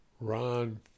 Ron